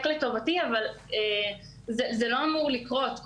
לטובתי, לא אמורים לקרות.